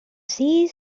see